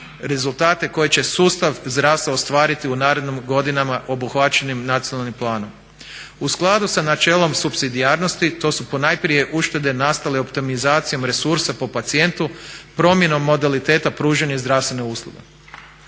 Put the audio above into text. rezultate koje će sustav zdravstva ostvariti u narednim godinama obuhvaćenim nacionalnim planom. U skladu sa načelom supsidijarnosti to su ponajprije uštede nastale optimizacijom resursa po pacijentu, promjenom modaliteta pružanja zdravstvene usluge.